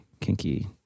kinky